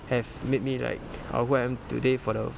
has made me like uh what I am today for the